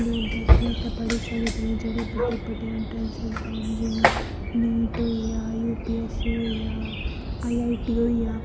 लोग उत्थें बैठियै पढ़ी सकदे नै जेह्ड़े बड्डे बड्डे इंट्रैंस इगज़ाम जियां नीट होईया यू पी ऐस सी होईया आई आई टी होईया